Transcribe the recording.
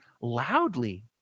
loudly